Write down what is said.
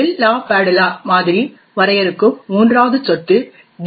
bell LaPadula மாதிரி வரையறுக்கும் மூன்றாவது சொத்து டி